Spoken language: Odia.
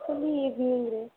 କାଲି ଇଭିନିଙ୍ଗ୍ରେ